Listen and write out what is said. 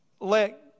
let